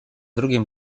drugim